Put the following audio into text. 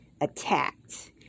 attacked